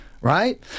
right